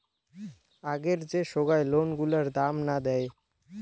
আগের যে সোগায় লোন গুলার দাম না দেয়